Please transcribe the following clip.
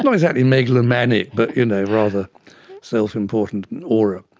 and exactly megalomaniac but you know rather self-important aura.